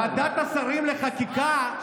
ועדת השרים לחקיקה,